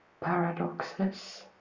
paradoxes